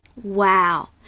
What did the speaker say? Wow